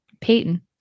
Peyton